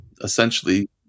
essentially